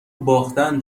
باختن